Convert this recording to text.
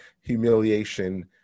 humiliation